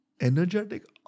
energetic